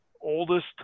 oldest